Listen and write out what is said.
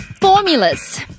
Formulas